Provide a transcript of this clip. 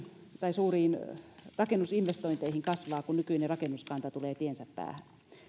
suuriin rakennusinvestointeihin kasvaa kun nykyinen rakennuskanta tulee tiensä päähän